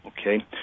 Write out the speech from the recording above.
Okay